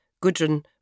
Gudrun